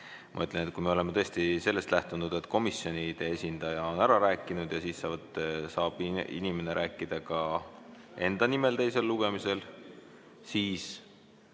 Ma ütlen, et kui me oleme tõesti sellest lähtunud, et komisjonide esindaja on ära rääkinud ja siis saab inimene rääkida ka enda nimel teisel lugemisel, siis